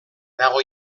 dago